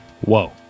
whoa